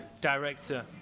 director